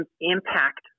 impact